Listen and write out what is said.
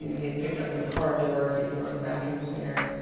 you know he'd picked up a car door. he'd thrown a vacuum cleaner.